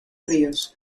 fríos